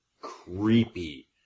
creepy